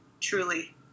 truly